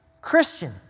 Christian